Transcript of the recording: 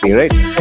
right